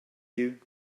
you